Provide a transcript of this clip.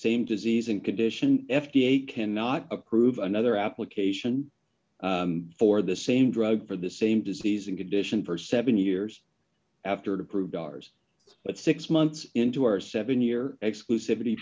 same disease and condition f d a cannot approve another application for the same drug for the same disease and condition for seven years after to prove dars but six months into our seven year exclusiv